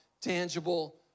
tangible